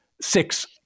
six